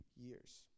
years